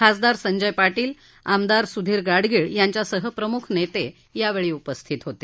खासदार संजय पाटील आमदार सुधीर गाडगीळ यांच्यासह प्रमुख नेते यावेळी उपस्थित होते